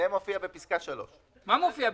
זה מופיע בפסקה (3) לחוק.